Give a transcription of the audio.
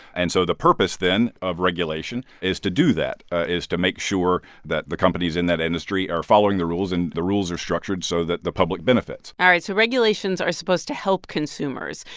and so the purpose then of regulation is to do that is to make sure that the companies in that industry are following the rules, and the rules are structured so that the public benefits all right, so regulations are supposed to help consumers.